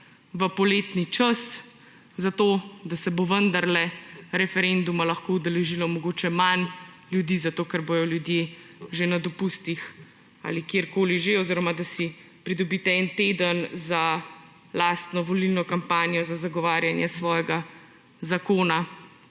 v poletni čas, zato da se bo vendarle referenduma lahko udeležilo mogoče manj ljudi, zato ker bodo ljudje že na dopustih ali kjerkoli že, oziroma da si pridobite en teden za lastno volilno kampanjo za zagovarjanje svojega zakona.